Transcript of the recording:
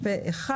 מי נגד?